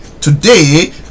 Today